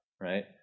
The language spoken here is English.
Right